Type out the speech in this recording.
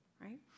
right